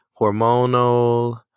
hormonal